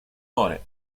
worry